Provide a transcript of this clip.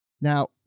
Now